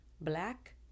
black